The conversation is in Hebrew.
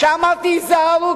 כשאמרתי: היזהרו,